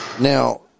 Now